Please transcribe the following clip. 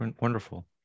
wonderful